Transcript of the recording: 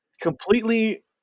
completely